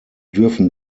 dürfen